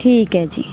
ਠੀਕ ਹੈ ਜੀ